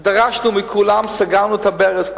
דרשנו מכולם, סגרנו את הברז.